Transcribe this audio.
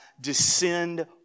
descend